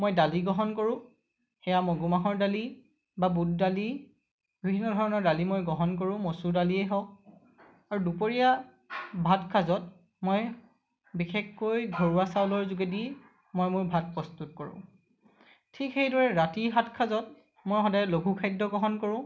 মই দালি গ্ৰহণ কৰোঁ সেয়া মগু মাহৰ দালি বা বুট দালি বিভিন্ন ধৰণৰ দালি মই গ্ৰহণ কৰোঁ মচুৰ দালিয়ে হওক আৰু দুপৰীয়া ভাত সাঁজত মই বিশেষকৈ ঘৰুৱা চাউলৰ যোগেদি মই মোৰ ভাত প্ৰস্তুত কৰোঁ ঠিক সেইদৰে ৰাতি ভাত সাঁজত মই সদায় লঘু খাদ্য গ্ৰহণ কৰোঁ